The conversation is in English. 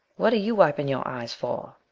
what are you wiping your eyes for?